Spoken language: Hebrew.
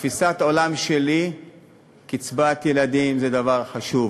בתפיסת העולם שלי קצבת ילדים זה דבר חשוב.